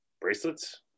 bracelets